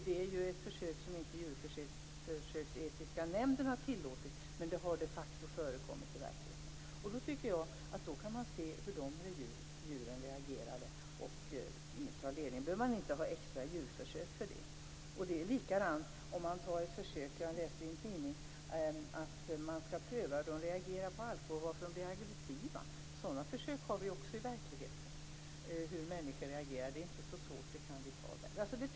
Det är en tydlig markering av att den djurförsöksetiska prövningen är mycket viktig. När det gäller utredningens förslag kan jag på det här stadiet inte ha en uppfattning om vad utredningen skall föreslå mer konkret, men självfallet är en viktig del att finna alternativ till djurförsök. Där är i sin tur datorsimulering, som här nämndes, ett mycket viktigt inslag. När det gäller ascitesförsöken, som också togs upp här, är det min bestämda uppfattning att vi måste sträva bort från dem. De ansträngningarna pågår också.